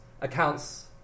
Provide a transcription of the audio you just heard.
accounts